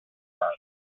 are